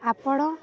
ଆପଣ